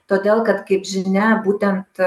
todėl kad kaip žinia būtent